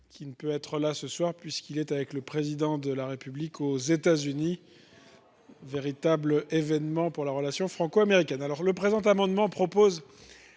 qui ne peut être présent ce soir puisqu'il est avec le Président de la République aux États-Unis, véritable événement pour la relation franco-américaine ... Quel veinard ! Le présent amendement prévoit